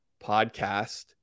Podcast